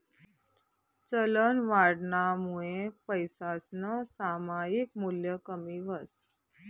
चलनवाढनामुये पैसासनं सामायिक मूल्य कमी व्हस